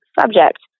subject